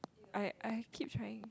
I I I have keep trying